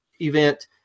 event